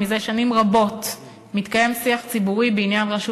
זה שנים רבות מתקיים שיח ציבורי בעניין רשות